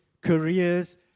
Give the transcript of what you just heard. careers